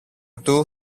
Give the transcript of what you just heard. του